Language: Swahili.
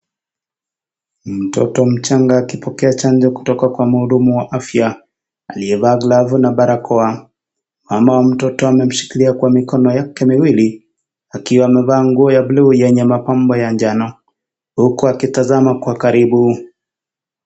Mtoto mchanga akipokea chanjo kutoka kwa mhudumu wa afya, aliyevaa glavu na barakoa. Mama wa mtoto amemshikilia kwa mikono yake miwili, akiwa amevaa nguo ya bluu yenye mapambo ya njano, huku akitazama kwa karibu.